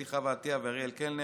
אתי חוה עטייה ואריאל קלנר,